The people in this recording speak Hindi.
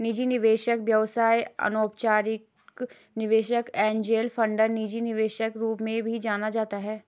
निजी निवेशक व्यवसाय अनौपचारिक निवेशक एंजेल फंडर निजी निवेशक रूप में भी जाना जाता है